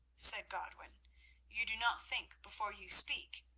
said godwin you do not think before you speak,